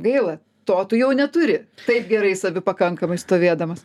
gaila to tu jau neturi taip gerai savipakankamai stovėdamas